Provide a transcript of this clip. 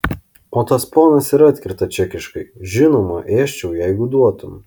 o tas ponas ir atkerta čekiškai žinoma ėsčiau jeigu duotum